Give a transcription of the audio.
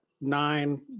nine